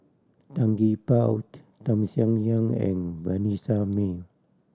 Tan Gee Paw Tham Sien Yen and Vanessa Mae